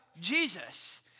Jesus